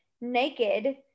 naked